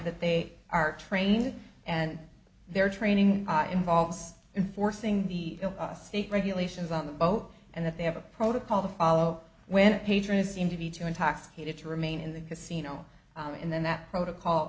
that they are training and their training involves enforcing the state regulations on the boat and that they have a protocol the follow when a patron seem to be too intoxicated to remain in the casino and then that protocol